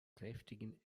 kräftigen